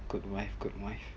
good wife good wife